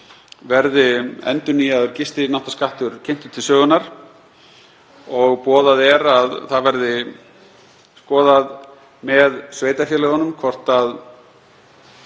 verði endurnýjaður gistináttaskattur kynntur til sögunnar og boðað er að það verði skoðað með sveitarfélögunum hvort